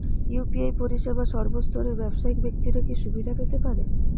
UPI পরিসেবা সর্বস্তরের ব্যাবসায়িক ব্যাক্তিরা কি সুবিধা পেতে পারে?